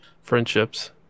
friendships